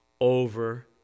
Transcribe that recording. over